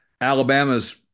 Alabama's